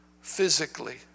physically